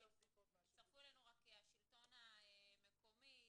הצטרפו אלינו השלטון המקומי.